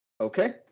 Okay